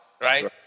right